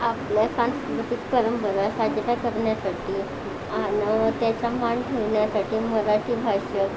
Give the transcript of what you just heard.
आपल्या सांस्कृतिक परंपरा साजऱ्या करण्यासाठी आणि त्याचा मान ठेवण्यासाठी मराठी भाषक